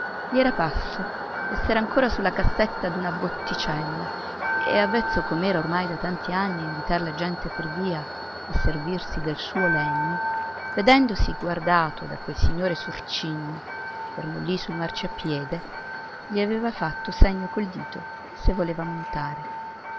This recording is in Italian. era parso d'essere ancora su la cassetta d'una botticella e avvezzo com'era ormai da tanti anni a invitar la gente per via a servirsi del suo legno vedendosi guardato da quel signore sorcigno fermo lì sul marciapiede gli aveva fatto segno col dito se voleva montare